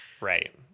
right